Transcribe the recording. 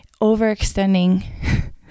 overextending